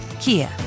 Kia